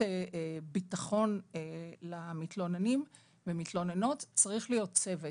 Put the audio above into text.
ביטחון למתלוננים והמתלוננות צריך להיות צוות.